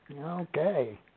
Okay